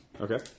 Okay